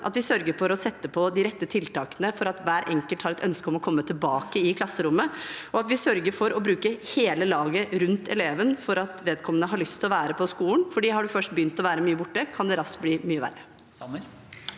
at vi sørger for å sette inn de rette tiltakene for at hver enkelt skal ha et ønske om å komme tilbake i klasserommet, og at vi sørger for å bruke hele laget rundt eleven for at vedkommende skal ha lyst til å være på skolen. Har de først begynt å være mye borte, kan det raskt bli mye verre.